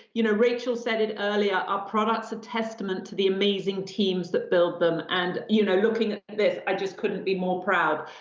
you know rachel said it earlier, our product's a testament to the amazing teams that build them. and you know looking at this, i just couldn't be more proud.